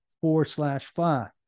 four-slash-five